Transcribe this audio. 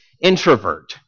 introvert